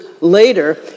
later